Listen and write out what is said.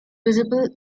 visible